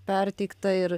perteikta ir